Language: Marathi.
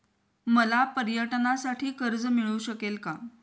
मला पर्यटनासाठी कर्ज मिळू शकेल का?